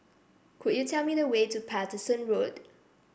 could you tell me the way to Paterson Road